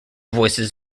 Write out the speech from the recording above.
voices